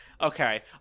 Okay